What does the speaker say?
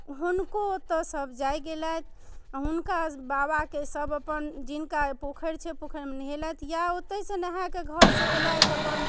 हुनको ओतऽ सभ जाए गेलथि आओर हुनका बाबाके सभ अपन जिनका पोखरि छै पोखरिमे नहेलथि या ओतऽसँ नहाकऽ घरसँ अएलथि अपन